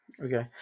Okay